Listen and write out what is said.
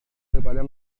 daripada